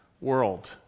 world